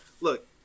Look